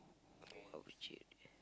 I'll be jailed